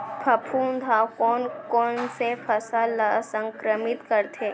फफूंद ह कोन कोन से फसल ल संक्रमित करथे?